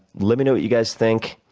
let me know what you guys think,